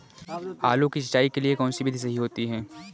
आलू की सिंचाई के लिए कौन सी विधि सही होती है?